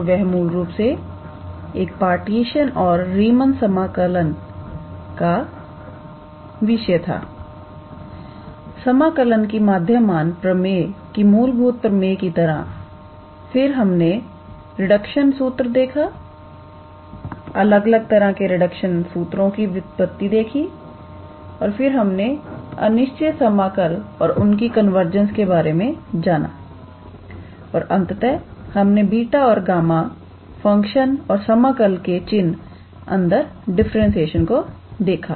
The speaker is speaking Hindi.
तो वह मूल रूप से एक पार्टीशन और रीमन समाकल का विषय था समाकलन की माध्यमान प्रमेय की मूलभूत प्रमेय की तरह फिर हमने रिंडक्शन सूत्र देखा अलग अलग तरह के रिंडक्शन सूत्रों की व्युत्पत्ति देखी फिर हमने अनिश्चित समाकल और उनकी कन्वर्जंस के बारे में जाना और अंततः हमने बीटा और गामा फंक्शन और समाकल के चिन्ह अंदर डिफरेंटशिएशन को देखा